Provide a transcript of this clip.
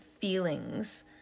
feelings